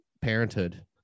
Parenthood